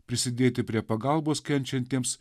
prisidėti prie pagalbos kenčiantiems